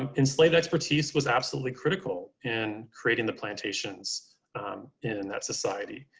um enslaved expertise was absolutely critical in creating the plantations in that society.